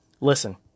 listen